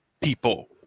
people